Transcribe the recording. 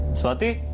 swati,